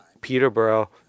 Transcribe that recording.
Peterborough